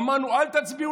אמרנו: אל תצביעו